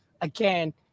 again